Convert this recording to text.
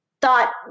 thought